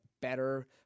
better